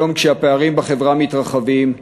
היום, כשהפערים בחברה מתרחבים,